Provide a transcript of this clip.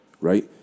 right